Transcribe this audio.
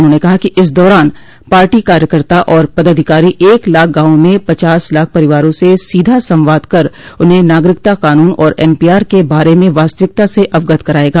उन्होंने कहा कि इस दौरान पार्टी कार्यकर्ता और पदाधिकारी एक लाख गांवों में पचास लाख परिवारों से सीधा संवाद कर उन्हें नागरिकता क़ानून और एनपीआर के बारे में वास्तविकता से अवगत करायेगा